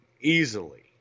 easily